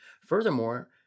Furthermore